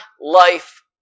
life